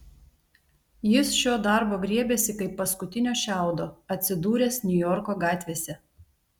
jis šio darbo griebėsi kaip paskutinio šiaudo atsidūręs niujorko gatvėse